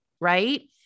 right